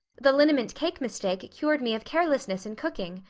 the liniment cake mistake cured me of carelessness in cooking.